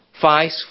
five